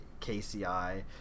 KCI